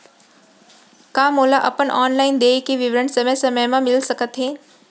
का मोला अपन ऑनलाइन देय के विवरण समय समय म मिलिस सकत हे?